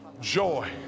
Joy